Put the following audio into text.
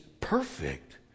perfect